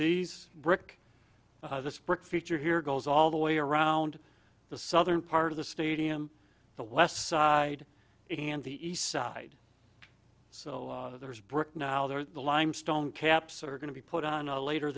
this brick feature here goes all the way around the southern part of the stadium the west side and the east side so there's brick now there are the limestone caps are going to be put on a later